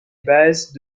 bases